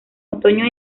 otoño